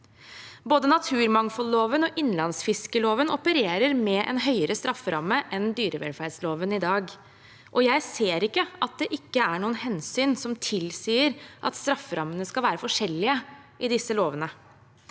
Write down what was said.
Både naturmangfoldloven og lakse- og innlandsfiskloven opererer med en høyere strafferamme enn dyrevelferdsloven i dag. Jeg ser ikke at det er noen hensyn som tilsier at strafferammene skal være forskjellige i disse lovene.